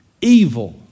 evil